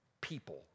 people